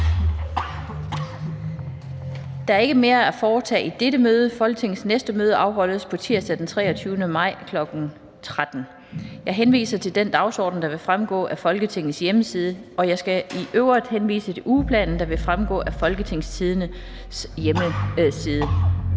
Der er ikke mere at foretage i dette møde. Folketingets næste møde afholdes på tirsdag, den 23. maj 2023, kl. 13.00. Jeg henviser til den dagsorden, der vil fremgå af Folketingets hjemmeside, og jeg skal i øvrigt henvise til ugeplanen, der vil fremgå af Folketingets hjemmeside.